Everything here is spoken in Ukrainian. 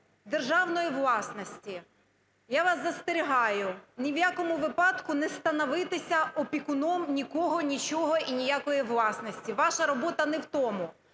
державної власності. Я вам застерігаю ні в якому випадку не становитися опікуном нікого, нічого і ніякої власності, ваша робота не в тому.